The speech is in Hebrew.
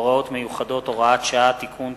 (הוראות מיוחדות) (הוראת שעה) (תיקון),